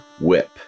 Whip